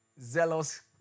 zealous